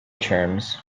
terms